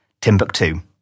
Timbuktu